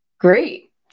Great